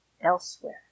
elsewhere